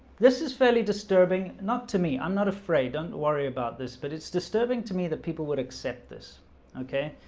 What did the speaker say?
this is fairly disturbing not to me. i'm not afraid don't worry about this, but it's disturbing to me that people would accept this okay,